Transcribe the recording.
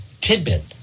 tidbit